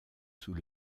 sous